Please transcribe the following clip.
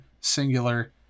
singular